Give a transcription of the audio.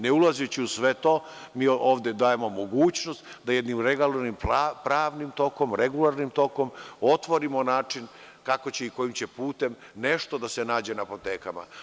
Ne ulazeći u sve to, mi ovde dajemo mogućnost da jedni u legalnim i pravnim tokovima, regularnim tokom, otvorimo način kako će i kojim će putem nešto da se nađe u apotekama.